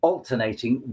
Alternating